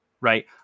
right